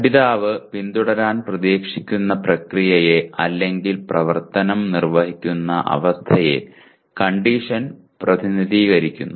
പഠിതാവ് പിന്തുടരാൻ പ്രതീക്ഷിക്കുന്ന പ്രക്രിയയെ അല്ലെങ്കിൽ പ്രവർത്തനം നിർവ്വഹിക്കുന്ന അവസ്ഥയെ കണ്ടീഷൻ പ്രതിനിധീകരിക്കുന്നു